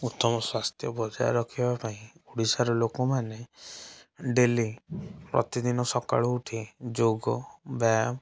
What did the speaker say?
ଉତ୍ତମସ୍ୱାସ୍ଥ୍ୟ ବଜାୟ ରଖିବା ପାଇଁ ଓଡ଼ିଶାର ଲୋକମାନେ ଡେଲି ପ୍ରତିଦିନ ସକାଳୁ ଉଠି ଯୋଗ ବ୍ୟାୟାମ